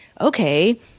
okay